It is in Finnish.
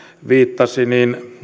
viittasi avunantoon niin